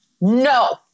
no